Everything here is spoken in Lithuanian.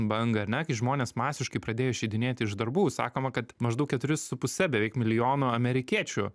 bangą ar ne kai žmonės masiškai pradėjo išeidinėti iš darbų sakoma kad maždaug keturi su puse beveik milijono beveik amerikiečių